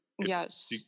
Yes